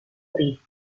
dresden